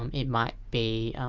um it might be,